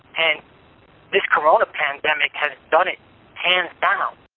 and this corona pandemic has done it hands down. um